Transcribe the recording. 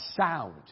sound